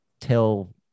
tell